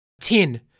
Ten